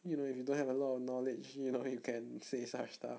you know if you don't have a lot of knowledge you know you can say such stuff